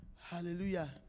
Hallelujah